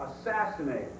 assassinated